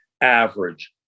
average